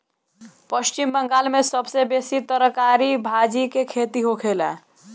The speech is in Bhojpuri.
पश्चिम बंगाल में सबसे बेसी तरकारी भाजी के खेती होखेला